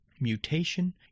Mutation